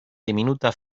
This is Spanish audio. diminuta